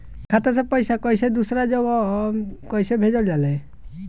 खाता से पैसा कैसे दूसरा जगह कैसे भेजल जा ले?